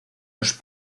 los